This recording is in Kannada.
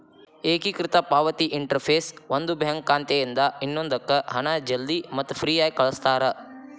ಏಕೇಕೃತ ಪಾವತಿ ಇಂಟರ್ಫೇಸ್ ಒಂದು ಬ್ಯಾಂಕ್ ಖಾತೆಯಿಂದ ಇನ್ನೊಂದಕ್ಕ ಹಣ ಜಲ್ದಿ ಮತ್ತ ಫ್ರೇಯಾಗಿ ಕಳಸ್ತಾರ